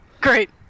great